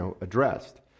addressed